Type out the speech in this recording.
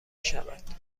شود